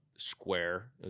square